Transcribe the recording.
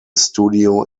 studio